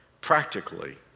practically